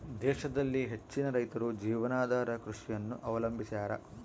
ದೇಶದಲ್ಲಿ ಹೆಚ್ಚಿನ ರೈತರು ಜೀವನಾಧಾರ ಕೃಷಿಯನ್ನು ಅವಲಂಬಿಸ್ಯಾರ